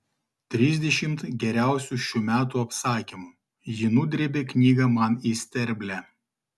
trisdešimt geriausių šių metų apsakymų ji nudrėbė knygą man į sterblę